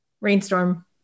rainstorm